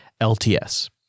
LTS